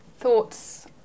thoughts